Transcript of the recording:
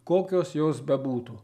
kokios jos bebūtų